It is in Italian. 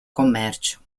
commercio